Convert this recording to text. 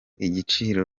igiciro